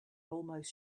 almost